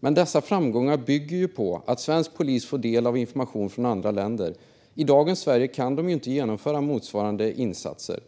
Men dessa framgångar bygger ju på att svensk polis får del av information från andra länder. I dagens Sverige kan man inte genomföra motsvarande insatser.